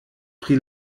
pri